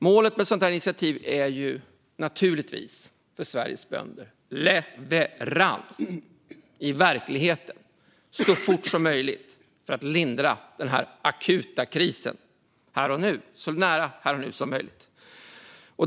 Målet med ett sådant initiativ är naturligtvis för Sveriges bönder leverans i verkligheten, så fort som möjligt, för att lindra den akuta krisen så nära här och nu som möjligt.